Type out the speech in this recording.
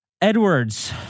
Edwards